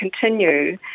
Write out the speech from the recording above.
continue